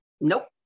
Nope